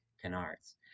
canards